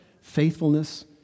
faithfulness